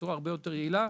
בצורה הרבה יותר יעילה.